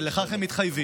ועל כך הם מתחייבים,